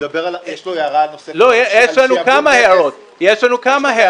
יש לו הערה נוספת על שיעבוד --- יש לנו כמה הערות.